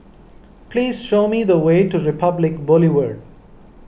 please show me the way to Republic Boulevard